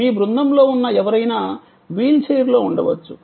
మీ బృందంలో ఉన్న ఎవరైనా వీల్చైర్లో ఉండవచ్చు